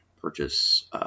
purchase